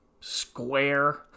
square